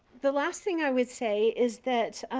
the last thing i would say is that